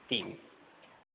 ठीक है